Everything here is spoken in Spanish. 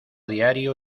diario